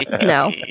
No